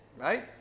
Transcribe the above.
right